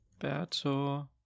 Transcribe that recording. Berto